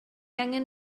angen